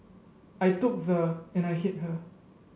I took the and I hit her